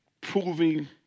proving